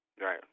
right